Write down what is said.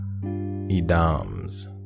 idams